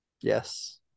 Yes